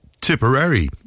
Tipperary